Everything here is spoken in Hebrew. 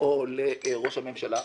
- או לראש הממשלה,